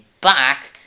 back